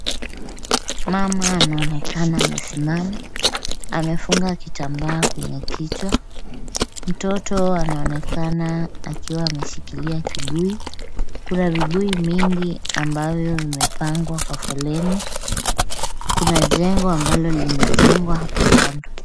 Mama anaonekana amesimama. Amefunga kitambaa kwenye kichwa. Mtoto anaonekana akiwa ameshikilia kibuyu. Kuna vibuyu mingi ambavyo vimepangwa kwa foleni. Kuna jengo ambalo limejengwa hapo kando.